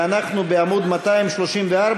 ואנחנו בעמוד 234,